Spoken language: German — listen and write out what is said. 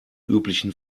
üblichen